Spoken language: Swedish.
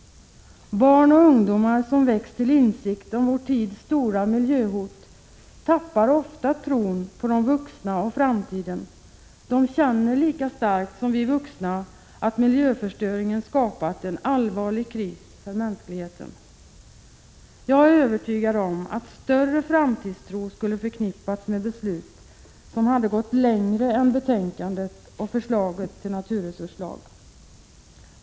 Barn och ungdomar som väcks till insikt om vår tids stora miljöhot tappar ofta tron på de vuxna och framtiden. De känner lika starkt som vi vuxna att miljöförstöringen skapat en allvarlig kris för mänskligheten. Jag är övertygad om att större framtidstro skulle ha förknippats med beslut som hade gått längre än betänkandet och förslaget om naturresurslag.